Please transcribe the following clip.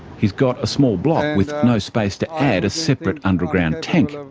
he's got a small block with no space to add a separate underground tank. um